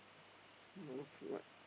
most like